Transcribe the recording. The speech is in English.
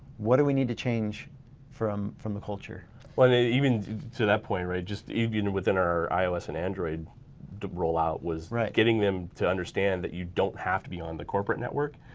what do we need to change from from the culture. well they even to that point right just even within our ios and android the rollout was right getting them to understand that you don't have to be on the corporate network.